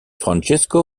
francesco